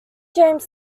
james